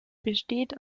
besteht